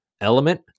element